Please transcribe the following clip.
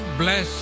Bless